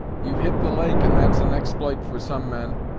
you've hit the lake, and that's an expl'ite for some men!